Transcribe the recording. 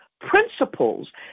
principles